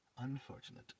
Unfortunate